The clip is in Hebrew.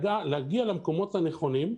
להגיע למקומות הנכונים,